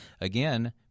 Again